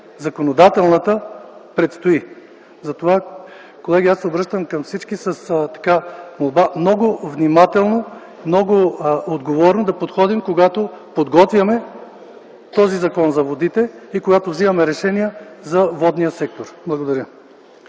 законодателната предстои. Затова, колеги, аз се обръщам към всички с молба много внимателно, много отговорно да подходим, когато подготвяме този Закон за водите и когато взимаме решения за водния сектор. Благодаря.